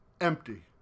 Empty